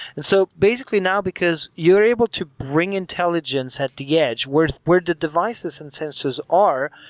and so basically, now, because you're able to bring intelligence at the edge where where the devices and sensors are,